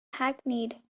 hackneyed